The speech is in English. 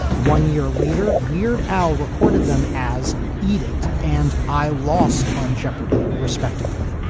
one year later, weird al recorded them as eat it and i lost on jeopardy respectively